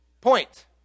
point